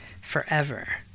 forever